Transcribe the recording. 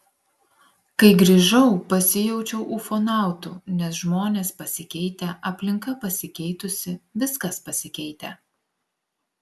kai grįžau pasijaučiau ufonautu nes žmonės pasikeitę aplinka pasikeitusi viskas pasikeitę